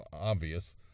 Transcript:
obvious